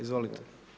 Izvolite.